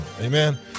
Amen